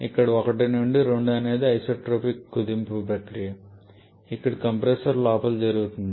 ఇక్కడ 1 నుండి 2 అనేది ఐసెన్ట్రోపిక్ కుదింపు ప్రక్రియ ఇది కంప్రెసర్ లోపల జరుగుతోంది